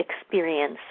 experience